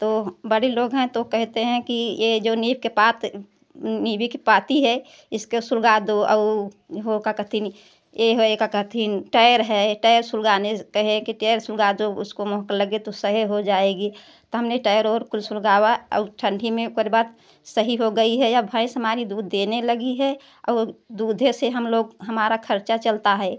तो बड़े लोग हैं तो कहते हैं कि ये जो नीम के पात नीबी के पाती है इसको सुलगा दो और उहो का कहत हिन ये हो ये का कहत हिन टैर है टैर सुलगाने से कहे कि टैर सुलगा दो उसको महक लगे तो सही हो जाएगी तो हमने टैर और कुल सुलगावा और ठंडी में ओकरे बाद सही हो गई है यह भैंस हमारी दूध देने लगी है और दूधे से हम लोग हमारा खर्चा चलता है